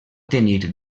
tenir